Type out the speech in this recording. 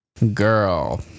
girl